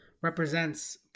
represents